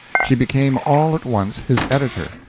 she became all at once his editor,